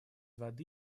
воды